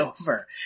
over